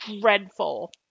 dreadful